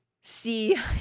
see